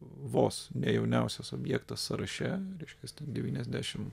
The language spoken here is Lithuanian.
vos ne jauniausias objektas sąraše reiškias devyniasdešimt